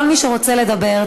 כל מי שרוצה לדבר,